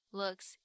looks